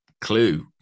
clue